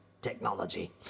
technology